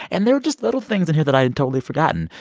and there were just little things in here that i had totally forgotten.